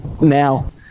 now